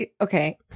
Okay